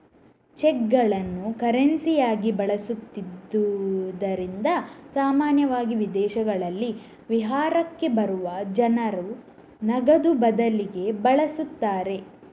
ಚೆಕ್ಗಳನ್ನು ಕರೆನ್ಸಿಯಾಗಿ ಬಳಸುತ್ತಿದ್ದುದರಿಂದ ಸಾಮಾನ್ಯವಾಗಿ ವಿದೇಶಗಳಲ್ಲಿ ವಿಹಾರಕ್ಕೆ ಬರುವ ಜನರು ನಗದು ಬದಲಿಗೆ ಬಳಸುತ್ತಾರೆ